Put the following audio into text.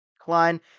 Klein